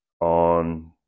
on